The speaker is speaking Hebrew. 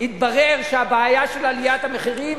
התברר שהבעיה של עליית המחירים